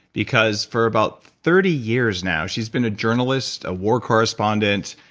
because for about thirty years now, she's been a journalist, a war correspondent,